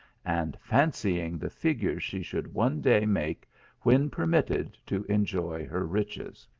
and fancying the figure she should one day make when permitted to enjoy her riches.